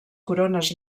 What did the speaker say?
corones